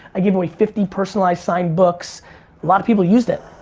i give away fifty personalized signed books. a lot of people used it.